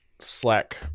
slack